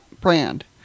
brand